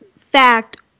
fact